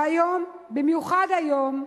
והיום, במיוחד היום,